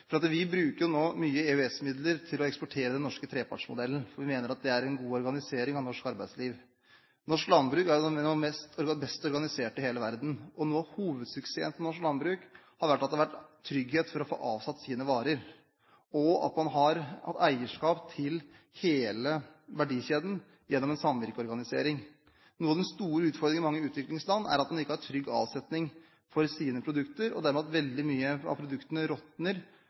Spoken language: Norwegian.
Vi bruker jo nå mye EØS-midler til å eksportere den norske trepartsmodellen, fordi vi mener det er en god organisering av norsk arbeidsliv. Norsk landbruk er noe av det best organiserte i hele verden. Og noe av hovedsuksessen til norsk landbruk har vært at det har vært trygghet for å få avsatt sine varer, og at man har hatt eierskap til hele verdikjeden gjennom en samvirkeorganisering. Noe av den store utfordringen i mange utviklingsland er at en ikke har trygg avsetning for sine produkter, og at veldig mye av produktene dermed råtner